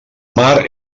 mar